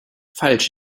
falsch